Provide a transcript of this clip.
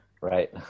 Right